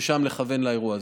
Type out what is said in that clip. ושם לכוון לאירוע הזה.